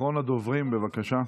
אחרונת הדוברים, בבקשה.